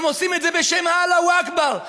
הם עושים את זה בשם אללהו אכבר,